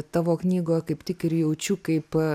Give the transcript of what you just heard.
tavo knygoje kaip tik ir jaučiu kaip